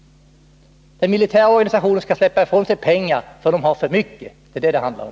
Den militära organisationen skall släppa ifrån sig pengar för att den har för mycket. Det är vad det handlar om.